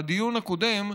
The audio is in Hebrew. בדיון הקודם,